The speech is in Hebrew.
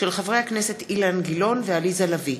של חברי הכנסת אילן גילאון ועליזה לביא,